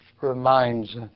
reminds